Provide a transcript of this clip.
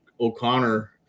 O'Connor